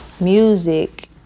music